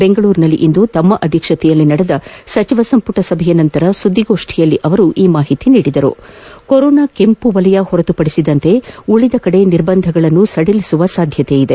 ಬೆಂಗಳೂರಿನಲ್ಲಿಂದು ತಮ್ಮ ಅಧ್ಯಕ್ಷತೆಯಲ್ಲಿ ನಡೆದ ಸಚಿವ ಸಂಪುಟ ಸಭೆಯ ನಂತರ ಸುದ್ದಿಗೋಷ್ಠಿಯಲ್ಲಿ ಈ ಮಾಹಿತಿ ನೀಡಿದ ಅವರು ಕೊರೊನಾ ಕೆಂಪು ವಲಯ ಹೊರತುಪಡಿಸಿ ಉಳಿದೆಡೆ ನಿರ್ಬಂಧಗಳನ್ನು ಸಡಿಲಿಸುವ ಸಾಧ್ಯತೆಗಳವೆ